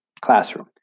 classroom